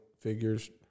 figures